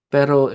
Pero